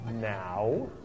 now